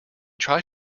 tried